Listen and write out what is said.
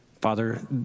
Father